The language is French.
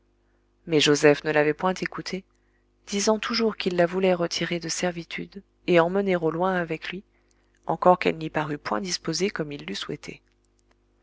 mais joseph ne l'avait point écoutée disant toujours qu'il la voulait retirer de servitude et emmener au loin avec lui encore qu'elle n'y parût point disposée comme il l'eût souhaité